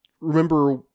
remember